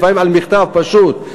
לפעמים על מכתב פשוט,